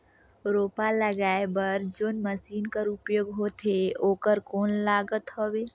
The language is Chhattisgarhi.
रोपा लगाय बर जोन मशीन कर उपयोग होथे ओकर कौन लागत हवय?